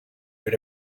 with